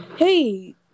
Hey